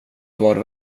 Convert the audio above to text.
var